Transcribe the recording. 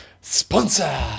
Sponsor